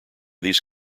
these